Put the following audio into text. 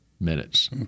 minutes